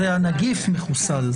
זה הנגיף מחוסל.